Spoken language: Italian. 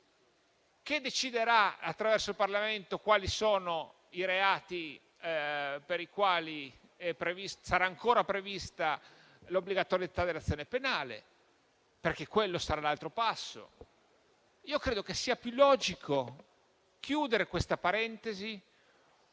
che deciderà, attraverso il Parlamento, quali sono i reati per i quali sarà ancora prevista l'obbligatorietà dell'azione penale, perché quello sarà un altro passo. Io credo sia più logico chiudere questa parentesi.